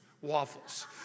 waffles